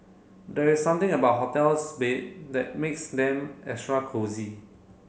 there's something about hotel's bed that makes them extra cosy